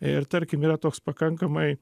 ir tarkim yra toks pakankamai